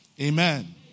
Amen